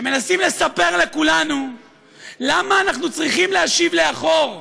שמנסים לספר לכולנו למה אנחנו צריכים להשיב לאחור,